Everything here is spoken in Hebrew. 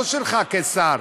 לא שלך כשר,